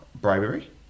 bribery